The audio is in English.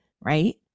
right